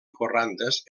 corrandes